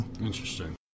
Interesting